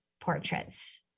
portraits